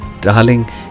Darling